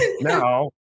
now